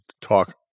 talk